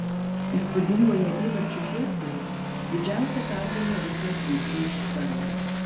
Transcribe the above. įspūdingoje įvarčių fiestoje didžiausia pergalė rusijos rinktinės istorijoje